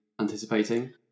anticipating